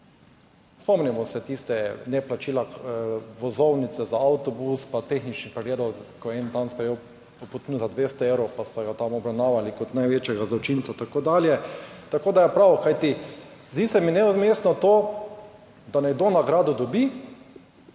spomnimo se tistega ne plačila vozovnice za avtobus, pa tehničnih pregledov, ko je en dan sprejel potnik za 200 evrov, pa so ga tam obravnavali kot največjega zločinca tako dalje, tako da je prav, kajti zdi se mi neumestno to, da nekdo nagrado dobijo,